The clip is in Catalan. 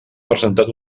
presentat